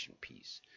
piece